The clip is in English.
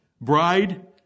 bride